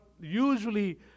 usually